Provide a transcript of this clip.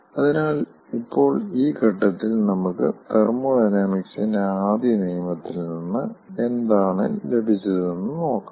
അതിനാൽ ഇപ്പോൾ ഈ ഘട്ടത്തിൽ നമുക്ക് തെർമോഡൈനാമിക്സിന്റെ ആദ്യ നിയമത്തിൽ നിന്ന് എന്താണ് ലഭിച്ചതെന്ന് നോക്കാം